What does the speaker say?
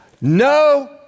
no